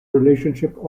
relationship